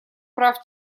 прав